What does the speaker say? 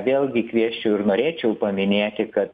vėlgi kviesčiau ir norėčiau paminėti kad